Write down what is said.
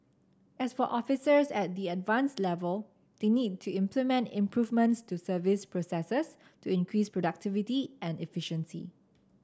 as for officers at the Advanced level they need to implement improvements to service processes to increase productivity and efficiency